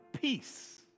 peace